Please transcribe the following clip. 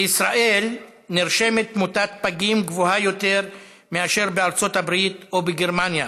בישראל נרשמת תמותת פגים גבוהה יותר מאשר בארצות הברית או בגרמניה.